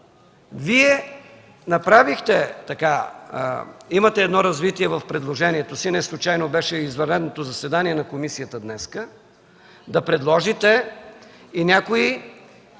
Вие направихте, имате развитие в предложението си, неслучайно беше и извънредното заседание на комисията днес, да предложите и някои